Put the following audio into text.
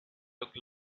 looked